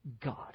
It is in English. God